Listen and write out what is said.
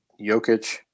Jokic